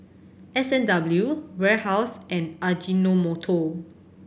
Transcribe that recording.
S and W Warehouse and Ajinomoto